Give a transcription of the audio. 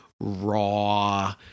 raw